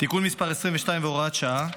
(תיקון מס' 22 והוראת שעה),